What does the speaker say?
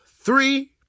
three